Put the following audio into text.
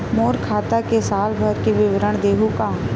मोर खाता के साल भर के विवरण देहू का?